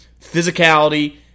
Physicality